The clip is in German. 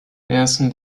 ersten